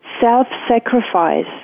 self-sacrifice